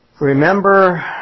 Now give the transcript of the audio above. Remember